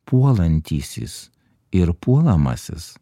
puolantysis ir puolamasis